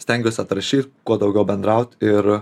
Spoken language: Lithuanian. stengiuosi atrašyt kuo daugiau bendraut ir